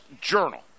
journal